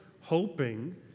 hoping